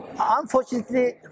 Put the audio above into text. unfortunately